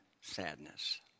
sadness